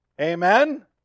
Amen